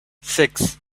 six